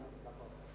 נכון.